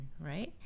right